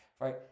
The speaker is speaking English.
right